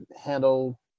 handle